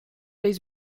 eis